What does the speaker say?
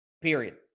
Period